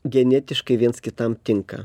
genetiškai viens kitam tinka